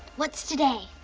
what's today?